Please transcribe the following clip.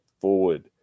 forward